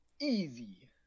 Easy